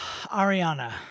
ariana